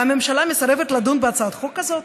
והממשלה מסרבת לדון בהצעת החוק הזאת?